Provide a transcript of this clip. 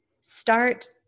start